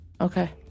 Okay